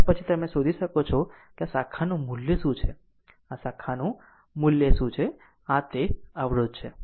અને પછી તમે શોધી શકો છો કે આ શાખાનું મૂલ્ય શું છે આ શાખાનું મૂલ્ય શું છે આ તે આ અવરોધ છે